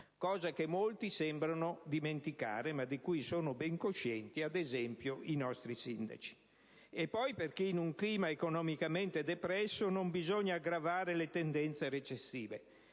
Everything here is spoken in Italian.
cosa che molti sembrano dimenticare, ma di cui sono ben coscienti ad esempio i nostri sindaci; poi perché in un clima economicamente depresso non bisogna aggravare le tendenze recessive.